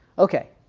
ok,